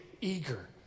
eager